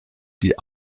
die